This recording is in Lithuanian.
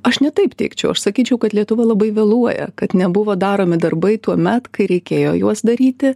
aš ne taip teigčiau aš sakyčiau kad lietuva labai vėluoja kad nebuvo daromi darbai tuomet kai reikėjo juos daryti